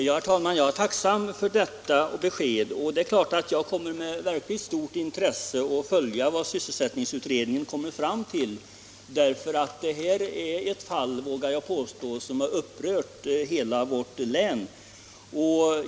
Herr talman! Jag är tacksam för detta besked, och det är klart att jag med verkligt stort intresse skall följa vad sysselsättningsutredningen kommer fram till. Det här är nämligen ett fall som — det vågar jag påstå — har upprört hela vårt län.